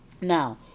Now